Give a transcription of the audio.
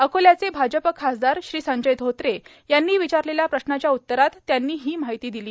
अकोल्याचे भाजप खासदार श्री संजय धोत्रे यांनी विचारलेल्या प्रश्नाच्या उत्तरात त्यांनी ही माहिती दिली